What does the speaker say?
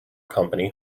company